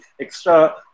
extra